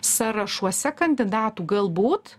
sąrašuose kandidatų galbūt